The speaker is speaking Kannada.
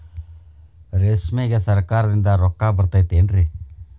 ರೇಷ್ಮೆಗೆ ಸರಕಾರದಿಂದ ರೊಕ್ಕ ಬರತೈತೇನ್ರಿ?